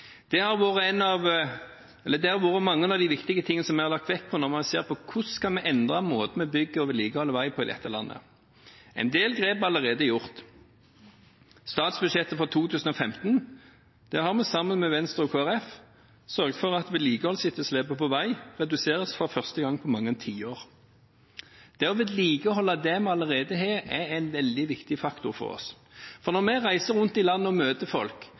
Dette har vært noen av de viktige tingene som vi har lagt vekt på når vi har sett på hvordan vi kan endre måten vi bygger og vedlikeholder vei på i dette landet. En del grep er allerede gjort: I statsbudsjettet for 2015 har vi, sammen med Venstre og Kristelig Folkeparti, sørget for at vedlikeholdsetterslepet på vei reduseres for første gang på mange tiår. Det å vedlikeholde det vi allerede har, er en veldig viktig faktor for oss. For når vi reiser rundt i landet og møter folk,